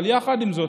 אבל יחד עם זאת,